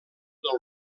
del